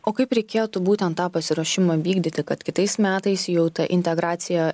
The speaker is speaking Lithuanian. o kaip reikėtų būtent tą pasiruošimą vykdyti kad kitais metais jau ta integracija